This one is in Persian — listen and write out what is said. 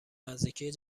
نزدیکی